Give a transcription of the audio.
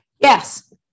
Yes